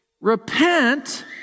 Repent